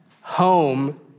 home